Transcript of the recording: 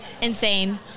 Insane